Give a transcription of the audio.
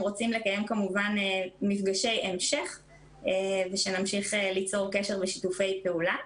רוצים לקיים כמובן מפגשי המשך ושנמשיך ליצור קשר ושיתופי פעולה.